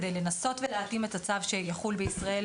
כדי לנסות ולהתאים את הצו שיחול בישראל,